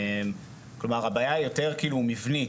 כלומר הבעיה היא יותר כאילו מבנית.